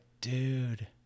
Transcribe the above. dude